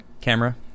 camera